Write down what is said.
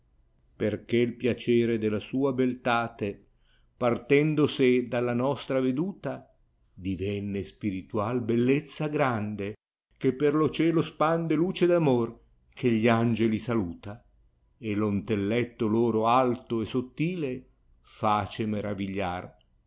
perchè l piacere della sua beliate partendo sé dalla nostra veduta divenne spiritai bellesza grande che per lo cielo spande luce d'amor che gli angeli salata e lo ntelletto loro alto e sottile face meravigliar